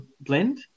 blend